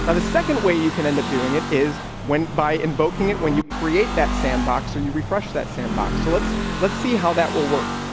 ah the second way you can end up doing it is when by invoking it when you create that sandbox or you refresh that sandbox. so let's let's see how that will work.